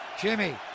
Jimmy